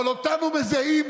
אבל אותנו מזהים,